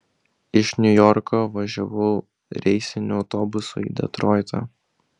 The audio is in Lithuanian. iš niujorko važiavau reisiniu autobusu į detroitą